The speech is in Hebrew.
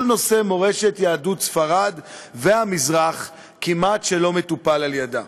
כל נושא מורשת יהדות ספרד והמזרח כמעט שלא מטופל על-ידה.